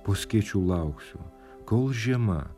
po skėčiu lauksiu kol žiema